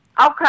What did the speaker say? Okay